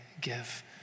give